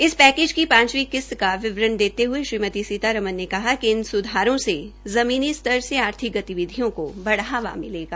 इस पैकेज की पांचवी किस्त् का विवरण देते हये श्रीमती सीतारमन ने कहा कि इन स्धारों से ज़मीनी स्तर से अधिक गतिविधियों को बढ़ाया मिलेगा